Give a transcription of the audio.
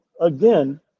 again